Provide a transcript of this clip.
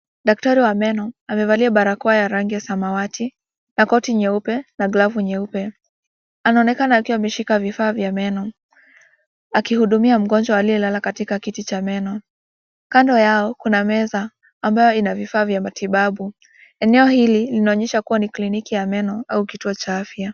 Daktari wa meno, amevalia barakoa ya rangi ya samawati, na koti nyeupe, na glavu nyeupe, anaonekana akiwa ameshika vifaa vya meno, akihudumia mgonjwa aliyelala katika kiti cha meno, kando yao kuna meza ambayo ina vifaa vya matibabu, eneo hili, inaonyesha kuwa ni kliniki ya meno, au kituo cha afya.